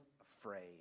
afraid